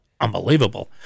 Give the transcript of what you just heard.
unbelievable